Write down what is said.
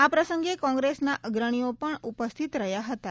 આ પ્રસંગે કોંગ્રેસના અત્રણીઓ પણ ઉપસ્થિત રહ્યા હતાં